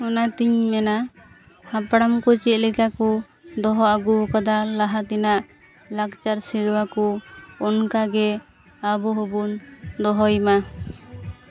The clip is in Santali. ᱚᱱᱟᱛᱤᱧ ᱢᱮᱱᱟ ᱦᱟᱯᱲᱟᱢ ᱠᱚ ᱪᱮᱫ ᱞᱮᱠᱟᱠᱚ ᱫᱚᱦᱚ ᱟᱹᱜᱩᱣᱟᱠᱟᱫᱟ ᱞᱟᱦᱟ ᱛᱮᱱᱟᱜ ᱞᱟᱠᱪᱟᱨ ᱥᱮᱨᱣᱟ ᱠᱚ ᱚᱱᱠᱟᱜᱮ ᱟᱵᱚ ᱦᱚᱵᱚᱱ ᱫᱚᱦᱚᱭ ᱢᱟ